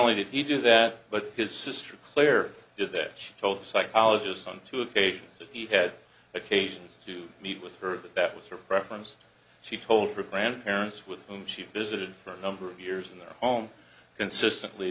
only did he do that but his sister claire did that she told the psychologist on two occasions that he had occasions to meet with her but that was her preference she told her grandparents with whom she visited for a number of years in their home consistently